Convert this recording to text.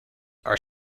are